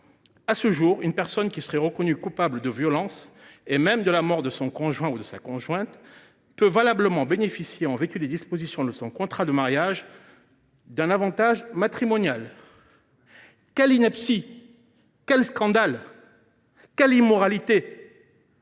À ce jour, une personne qui serait reconnue coupable de violences et même de la mort de son conjoint ou de sa conjointe peut valablement bénéficier, en vertu des dispositions de son contrat de mariage, d’un avantage matrimonial. Quelle ineptie ! Quel scandale ! Quelle immoralité !